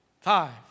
five